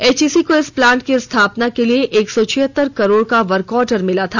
HEC को इस plant की स्थापना के लिए एक सौ छियहतर करोड़ का वर्क आर्डर मिला था